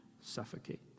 suffocate